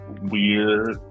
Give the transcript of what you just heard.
weird